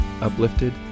uplifted